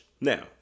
Now